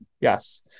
yes